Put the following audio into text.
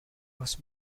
was